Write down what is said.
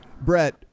Brett